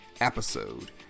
episode